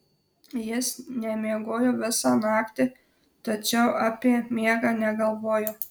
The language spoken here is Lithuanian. jis nemiegojo visą naktį tačiau apie miegą negalvojo